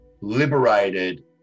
liberated